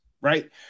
right